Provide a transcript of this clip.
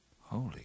Holy